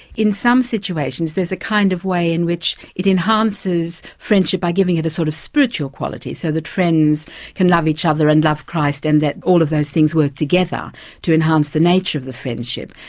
in some situations there's a kind of way in which it enhances friendship by giving it a sort of spiritual quality, so that friends can love each other and love christ and all of those things work together to enhance the nature of the friendship.